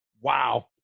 wow